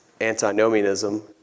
antinomianism